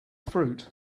fruit